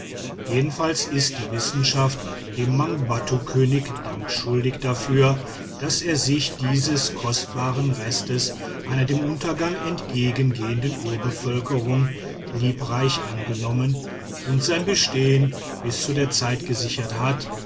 jedenfalls ist die wissenschaft dem mangbattukönig dank schuldig dafür daß er sich dieses kostbaren restes einer dem untergang entgegengehenden urbevölkerung liebreich angenommen und sein bestehen bis zu der zeit gesichert hat